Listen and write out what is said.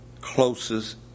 closest